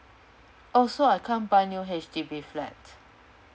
oh so I can't buy new H_D_B flat